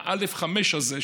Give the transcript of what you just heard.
ה-א5 הזה,